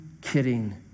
kidding